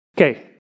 Okay